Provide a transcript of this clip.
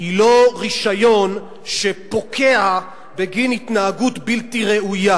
היא לא רשיון שפוקע בגין התנהגות בלתי ראויה,